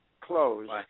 closed